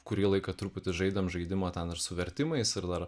kurį laiką truputį žaidėm žaidimą ten ir su vertimais ir dar